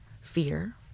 fear